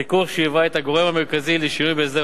חיכוך שהיה הגורם המרכזי לשינוי בהסדר